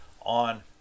on